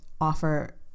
offer